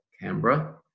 canberra